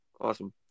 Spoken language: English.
Awesome